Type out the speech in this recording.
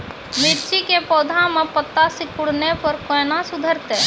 मिर्ची के पौघा मे पत्ता सिकुड़ने पर कैना सुधरतै?